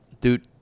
dude